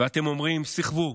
ואתם אומרים: סחבו,